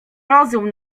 rozum